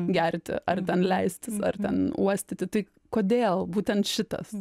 gerti ar ten leistis ar ten uostyti tai kodėl būtent šitas